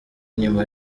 nyuma